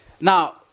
now